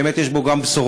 באמת יש בו גם בשורות.